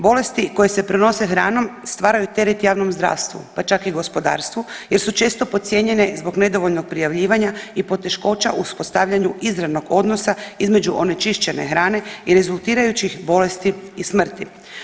Bolesti koje se prenose hranom stvaraju teret javnom zdravstvu, pa čak i gospodarstvu jer su često podcijenjene zbog nedovoljnog prijavljivanja i poteškoća u uspostavljanju izravnog odnosa između onečišćene hrane i rezultirajućih bolesti i smrti.